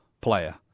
player